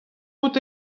out